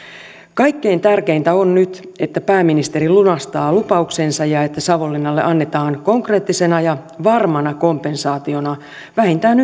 kaikkein tärkeintä on nyt että pääministeri lunastaa lupauksensa ja että savonlinnalle annetaan konkreettisena ja varmana kompensaationa vähintään